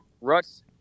ruts